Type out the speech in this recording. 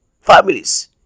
families